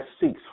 seeks